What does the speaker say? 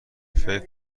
فکر